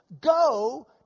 go